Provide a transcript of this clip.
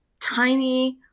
tiny